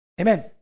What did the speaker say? Amen